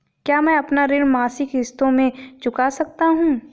क्या मैं अपना ऋण मासिक किश्तों में चुका सकता हूँ?